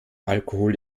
alkohol